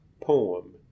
poem